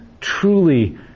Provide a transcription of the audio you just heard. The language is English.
truly